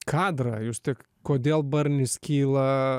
kadrą jūs tik kodėl barnis kyla